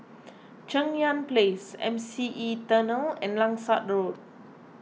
Cheng Yan Place M C E Tunnel and Langsat Road